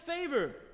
favor